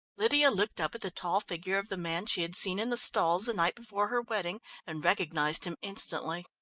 lydia looked up at the tall figure of the man she had seen in the stalls the night before her wedding and recognised him instantly.